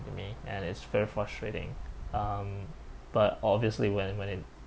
me and it's very frustrating um but obviously when when it